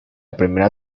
primera